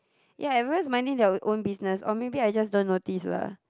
ya everyone is minding their own own business or maybe I just don't notice lah